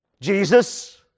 Jesus